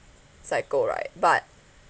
cycle right but